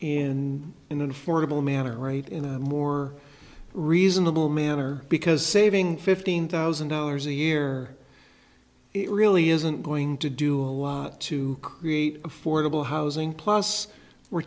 affordable manner right in a more reasonable manner because saving fifteen thousand dollars a year it really isn't going to do a lot to create affordable housing plus we're